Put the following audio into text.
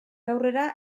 aurrera